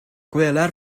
gweler